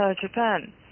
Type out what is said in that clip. Japan